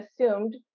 assumed